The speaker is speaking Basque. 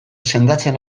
sendatzen